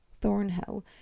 Thornhill